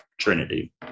Trinity